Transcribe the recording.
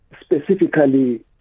specifically